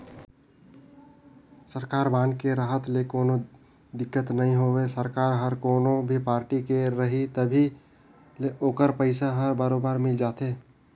सरकारी बांड के रहत ले कोनो दिक्कत नई होवे सरकार हर कोनो भी पारटी के रही तभो ले ओखर पइसा हर बरोबर मिल जाथे